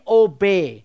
obey